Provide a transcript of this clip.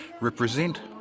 represent